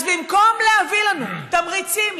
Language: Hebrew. אז במקום להביא לנו תמריצים,